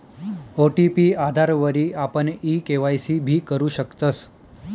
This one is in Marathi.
ओ.टी.पी आधारवरी आपण ई के.वाय.सी भी करु शकतस